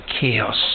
chaos